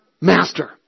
master